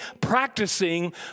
practicing